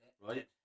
Right